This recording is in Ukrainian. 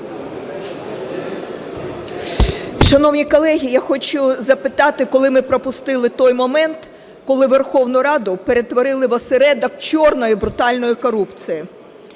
Шановні колеги, я хочу запитати, коли ми пропустили той момент, коли Верховну Раду перетворили в осередок чорної, брутальної корупції?